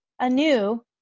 anew